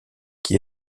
qui